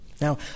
Now